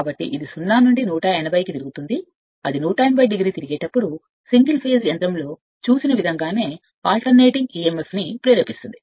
కాబట్టి ఇది తిరిగేటప్పుడు 0 నుండి 180 అని చెప్పండి అది 180 o తిరిగేటప్పుడు ఇదే విధంగా emf ను ప్రత్యామ్నాయంగా చేసే సింగిల్ ఫేస్ యంత్రాన్ని చూసాము